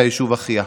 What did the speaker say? מהיישוב אחיה.